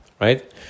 Right